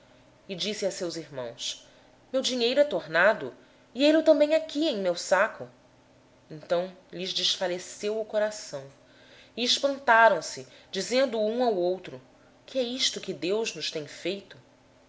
e disse a seus irmãos meu dinheiro foi-me devolvido ei-lo aqui no saco então lhes desfaleceu o coração e tremendo viravam se uns para os outros dizendo que é isto que deus nos tem feito